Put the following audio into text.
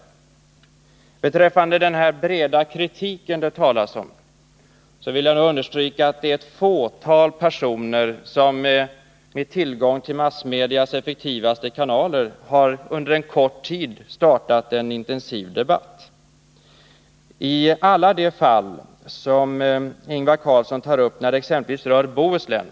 När det gäller den breda kritik som det talas om vill jag understryka att det är ett fåtal personer som, med tillgång till massmedias effektivaste kanaler, under en kort tid har startat en intensiv debatt. Ingvar Carlsson tog upp flera fall från Bohuslän.